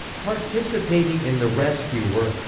participating in the rescue were